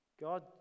God